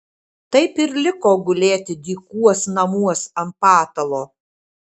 taip ir liko gulėti dykuos namuos ant patalo